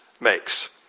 makes